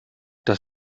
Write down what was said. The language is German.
das